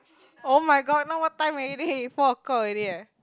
oh-my-god now what time already four o-clock already eh